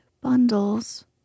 bundles